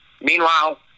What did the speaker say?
Meanwhile